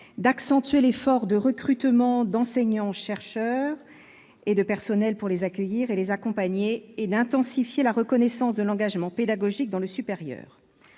d'accentuer l'effort de recrutement d'enseignants-chercheurs et de personnels pour les accueillir et les accompagner, et d'intensifier la reconnaissance de l'engagement pédagogique dans le supérieur